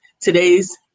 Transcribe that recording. today's